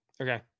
Okay